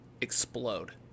explode